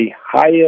higher